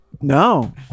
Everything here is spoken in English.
no